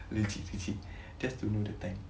legit legit just to know the time